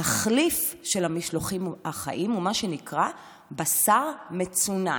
התחליף של המשלוחים הבאים הוא מה שנקרא בשר מצונן.